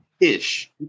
Ish